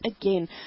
again